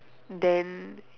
then